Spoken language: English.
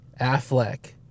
affleck